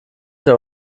der